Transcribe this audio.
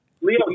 Leo